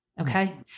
Okay